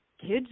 Kids